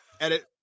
Edit